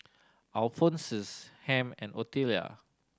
Alphonsus Ham and Otelia